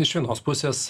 iš vienos pusės